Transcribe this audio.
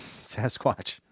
Sasquatch